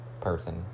person